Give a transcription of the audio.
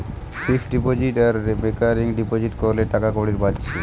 fixed deposit আর recurring deposit কোরলে টাকাকড়ি বাঁচছে